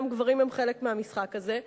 גם גברים הם חלק מהמשחק הזה,